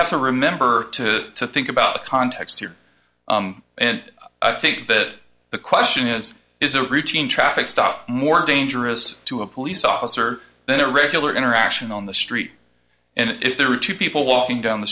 have to remember to think about the context here and i think that the question is is a routine traffic stop more dangerous to a police officer than a regular interaction on the street and if there are two people walking down the